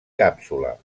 càpsula